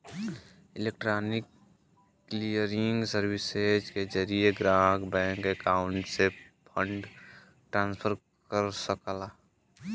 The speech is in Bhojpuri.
इलेक्ट्रॉनिक क्लियरिंग सर्विसेज के जरिये ग्राहक बैंक अकाउंट से फंड ट्रांसफर कर सकला